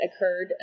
occurred